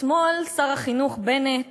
אתמול הודיע שר החינוך בנט